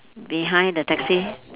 behind the taxi